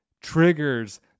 triggers